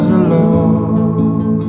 alone